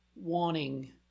wanting